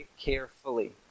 carefully